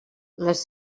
les